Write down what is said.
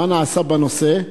מה נעשה בנושא?